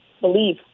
Believe